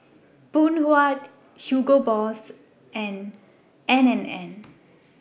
Phoon Huat Hugo Boss and N and N